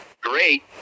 great